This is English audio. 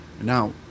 Now